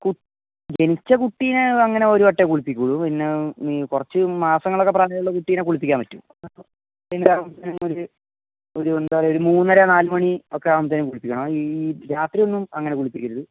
ജനിച്ച കുട്ടിനെ അങ്ങനെ ഒരു വട്ടം കുളിപ്പിക്കുകയുള്ളൂ പിന്നെ ഈ കുറച്ച് മാസങ്ങളൊക്കെ പ്രായമുള്ള കുട്ടിയെ കുളിപ്പിക്കാൻ പറ്റും ഒരു എന്തായാലും മൂന്നര നാല് മണി ഒക്കെ ആവുമ്പത്തേക്ക് കുളിപ്പിക്കണം ഈ രാത്രി ഒന്നും അങ്ങനെ കുളിപ്പിക്കരുത്